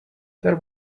there